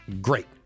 great